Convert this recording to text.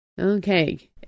Okay